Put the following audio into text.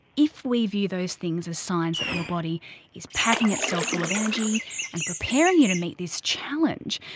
if we view those things as signs that your body is packing itself full of energy and preparing you to meet this challenge,